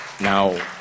Now